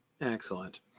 Excellent